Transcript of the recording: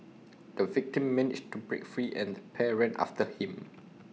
the victim managed to break free and the pair ran after him